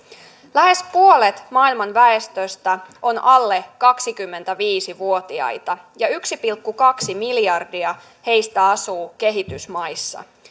lähes puolet maailman väestöstä on alle kaksikymmentäviisi vuotiaita ja yksi pilkku kaksi miljardia heistä asuu kehitysmaissa